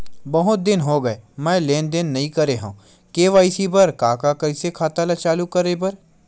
बहुत दिन हो गए मैं लेनदेन नई करे हाव के.वाई.सी बर का का कइसे खाता ला चालू करेबर?